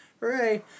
hooray